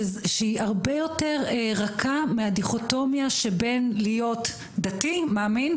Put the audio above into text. שהיא הרבה יותר רכה מהדיכוטומיה שבין להיות דתי מאמין,